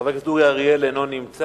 חבר הכנסת אורי אריאל, אינו נמצא.